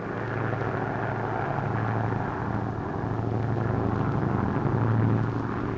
ah